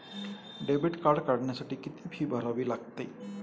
Debit card काढण्यासाठी किती fee भरावी लागते?